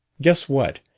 guess what,